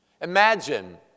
Imagine